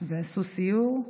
ועשו סיור,